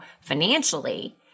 financially